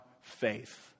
faith